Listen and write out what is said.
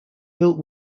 built